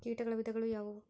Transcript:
ಕೇಟಗಳ ವಿಧಗಳು ಯಾವುವು?